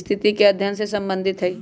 स्थिति के अध्ययन से संबंधित हई